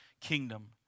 kingdom